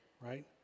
Right